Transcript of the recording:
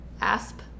Asp